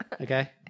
okay